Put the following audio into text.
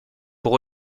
pour